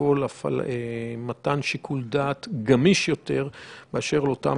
לאפשר מתן שיקול דעת גמיש יותר באשר לאותם